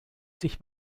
sich